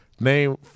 Name